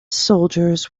soldiers